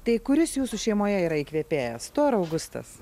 tai kuris jūsų šeimoje yra įkvėpėjas tu ar augustas